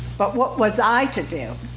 but what was i to do?